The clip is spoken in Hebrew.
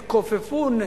התכופפו,